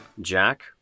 Jack